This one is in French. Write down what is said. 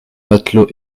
matelots